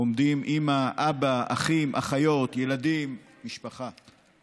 עומדים אימא, אבא, אחים, אחיות, ילדים, משפחה.